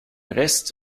rest